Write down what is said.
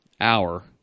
Hour